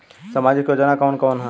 सामाजिक योजना कवन कवन ह?